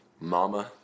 Mama